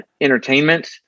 entertainment